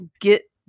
get